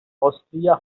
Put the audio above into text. austria